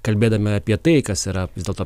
kalbėdami apie tai kas yra vis dėlto